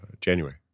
january